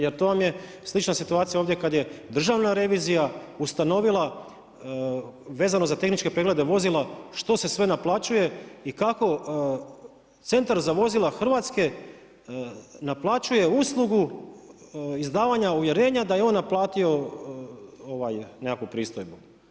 Jer to vam je slična situacija ovdje, kad je Državna revizija, ustanovila, vezano za tehničke preglede vozila, što se sve naplaćuje i kako centar za vozila Hrvatske, naplaćuje usluge izdavanja uvjerenja da je on naplatio nekakvu pristojbu.